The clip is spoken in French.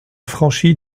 franchi